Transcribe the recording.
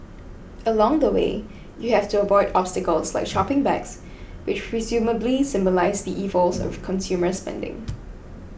along the way you have to avoid obstacles like shopping bags which presumably symbolise the evils of consumer spending